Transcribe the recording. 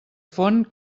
font